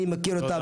אני מכיר אותם,